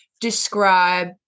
describe